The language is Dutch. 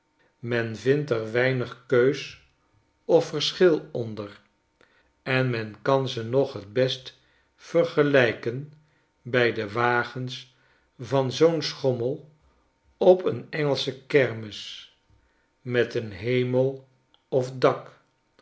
men vindt er weinig keus of verschil onder en men kan ze nog t best vergelijken bij de wagens van zoo'n schommel op een engelsche kermis met een hemel of dak